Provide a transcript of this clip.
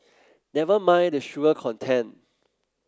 never mind the sugar content